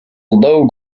low